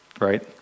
right